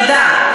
תודה.